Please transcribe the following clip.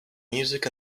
music